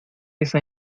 esa